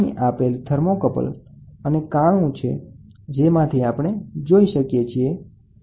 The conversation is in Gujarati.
અહીં થર્મોકપલ છે અને કાણું છે જેના દ્વારા તમે જોઈ શકો છો અને પછી કેલીબ્રેટ કરી શકો છો